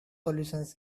solutions